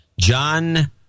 John